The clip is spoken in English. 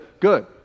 good